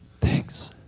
Thanks